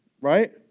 Right